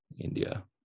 India